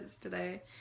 today